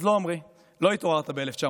אז לא, עמרי, לא התעוררת ב-1970,